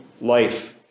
life